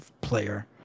player